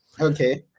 Okay